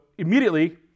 Immediately